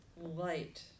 light